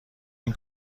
این